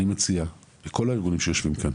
אני מציע לכל הארגונים שישובים כאן,